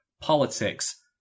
politics